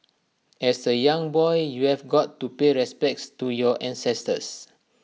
as A young boy you have got to pay respects to your ancestors